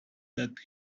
that